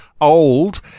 old